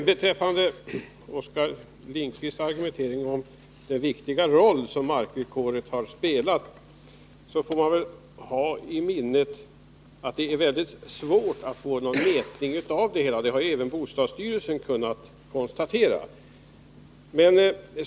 Fru talman! I sin argumentering framhåller Oskar Lindkvist den viktiga roll som markvillkoret har spelat. Det är emellertid väldigt svårt att mäta betydelsen av markvillkoret. Det har även bostadsstyrelsen kunnat konstatera.